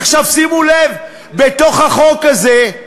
עכשיו, שימו לב: לתוך החוק הזה,